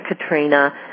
Katrina